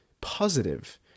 positive